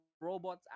robots